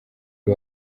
uyu